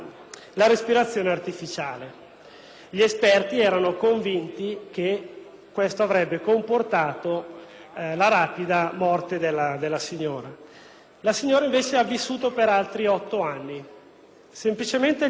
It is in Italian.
Gli esperti erano convinti che questo avrebbe comportato la rapida morte della signora, la quale invece ha vissuto per altri otto anni: semplicemente, gli esperti si erano sbagliati.